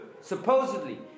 supposedly